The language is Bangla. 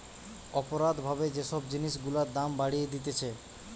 অপরাধ ভাবে যে সব জিনিস গুলার দাম বাড়িয়ে দিতেছে